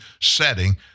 setting